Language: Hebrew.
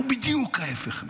אנחנו בדיוק ההפך מהם.